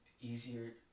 easier